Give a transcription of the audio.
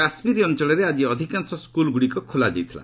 କାଶ୍ମୀର ଅଞ୍ଚଳରେ ଆଜି ଅଧିକାଂଶ ସ୍କୁଲଗୁଡ଼ିକ ଖୋଲିଛି